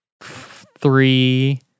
three